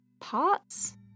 Parts